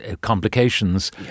complications